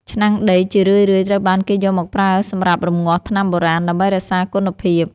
ឆ្នាំងដីជារឿយៗត្រូវបានគេយកមកប្រើសម្រាប់រំងាស់ថ្នាំបុរាណដើម្បីរក្សាគុណភាព។